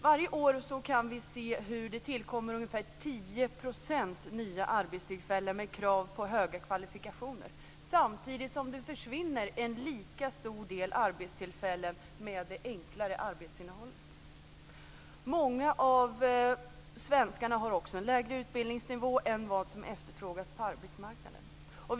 Varje år kan vi se hur det tillkommer ungefär 10 % nya arbetstillfällen med krav på höga kvalifikationer, samtidigt som det försvinner en lika stor del arbetstillfällen med enklare arbetsinnehåll. Många av svenskarna har också en lägre utbildningsnivå än vad som efterfrågas på arbetsmarknaden.